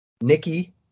Nikki